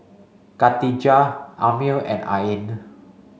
Katijah Ammir and Ain